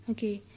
Okay